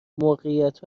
موقعیت